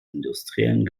industriellen